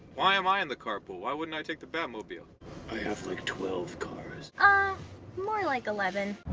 why am i in the carpool? why wouldn't i take the batmobile? i have like twelve cars. ah more like eleven.